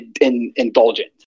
indulgent